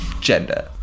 Gender